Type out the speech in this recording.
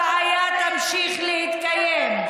הבעיה תמשיך להתקיים.